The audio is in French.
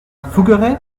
fougueray